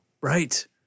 right